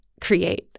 create